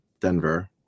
denver